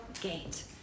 gate